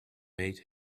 made